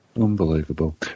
Unbelievable